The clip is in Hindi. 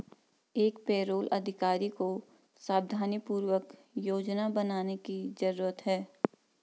एक पेरोल अधिकारी को सावधानीपूर्वक योजना बनाने की जरूरत है